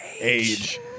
age